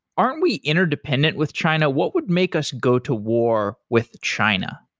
aren't we interdependent with china? what would make us go to war with china?